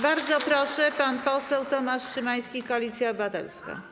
Bardzo proszę, pan poseł Tomasz Szymański, Koalicja Obywatelska.